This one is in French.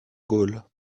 gaule